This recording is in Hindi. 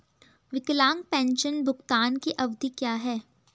विकलांग पेंशन भुगतान की अवधि क्या है?